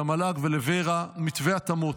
למל"ג ולוור"ה מתווה התאמות.